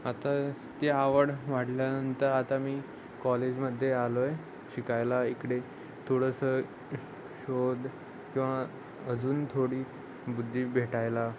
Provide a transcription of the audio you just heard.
आता ते आवड वाढल्यानंतर आता मी कॉलेजमध्ये आलो आहे शिकायला इकडे थोडंसं शोध किंवा अजून थोडी बुद्धी भेटायला